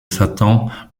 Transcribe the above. satan